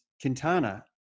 Quintana